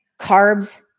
Carbs